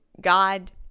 God